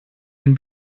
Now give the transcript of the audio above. den